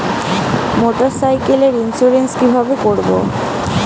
মোটরসাইকেলের ইন্সুরেন্স কিভাবে করব?